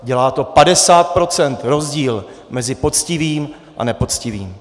Dělá to 50 %, rozdíl mezi poctivým a nepoctivým.